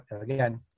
again